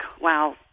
wow